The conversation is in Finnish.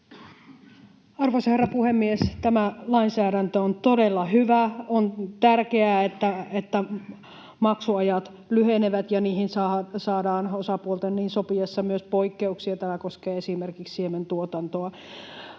Arvoisa herra puhemies! Tämä lainsäädäntö on todella hyvä. On tärkeää, että maksuajat lyhenevät ja niihin saadaan osapuolten niin sopiessa myös poikkeuksia. Tämä koskee esimerkiksi siementuotantoa.